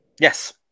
Yes